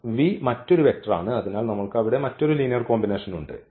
v മറ്റൊരു vector അതിനാൽ നമ്മൾക്ക് അവിടെ മറ്റൊരു ലീനിയർ കോമ്പിനേഷൻ ഉണ്ട്